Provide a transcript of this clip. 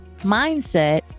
mindset